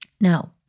Now